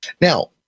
now